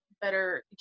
better